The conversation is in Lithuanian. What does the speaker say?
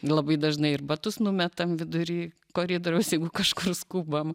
labai dažnai ir batus numetam vidury koridoriaus jeigu kažkur skubam